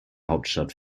hauptstadt